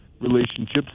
Relationships